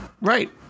Right